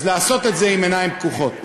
אז לעשות את זה בעיניים פקוחות.